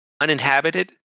uninhabited